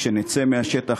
כשנצא מהשטח,